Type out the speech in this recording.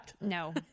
No